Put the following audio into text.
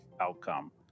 outcome